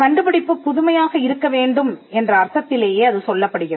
கண்டுபிடிப்பு புதுமையாக இருக்க வேண்டும் என்ற அர்த்தத்திலேயே அது சொல்லப்படுகிறது